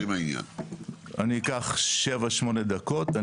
אני אקח שבע שמונה דקות,